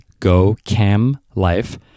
gocamlife